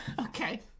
Okay